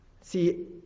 See